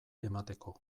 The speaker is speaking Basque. emateko